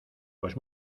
pues